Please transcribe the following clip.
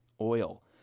oil